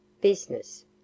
business